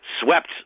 swept